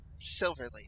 Silverleaf